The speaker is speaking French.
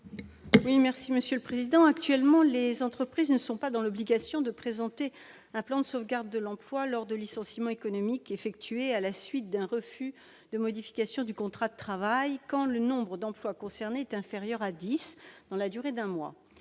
est à Mme Laurence Cohen. Actuellement, les entreprises ne sont pas dans l'obligation de présenter un plan de sauvegarde de l'emploi lors de licenciements économiques effectués à la suite d'un refus de modification du contrat de travail quand le nombre d'emplois concernés est inférieur à dix dans la durée d'un mois.